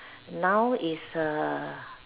now is err